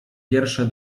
wiersze